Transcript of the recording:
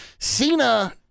Cena